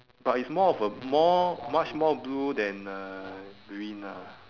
but it's more of a more much more blue than uh green ah